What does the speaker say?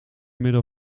middel